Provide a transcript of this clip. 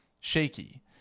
shaky